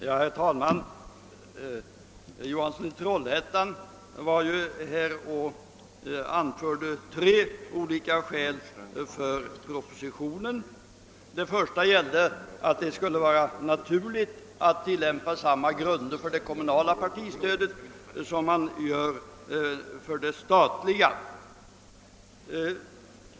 Herr talman! Herr Johansson i Trollhättan anförde väsentligen två olika skäl för propositionens förslag. "Det första var att det skulle te sig naturligt att tillämpa samma grunder för det kommunala partistödet som för det statliga.